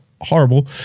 horrible